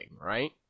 right